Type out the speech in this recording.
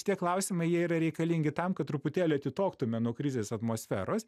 tie klausimai jie yra reikalingi tam kad truputėlį atitoktume nuo krizės atmosferos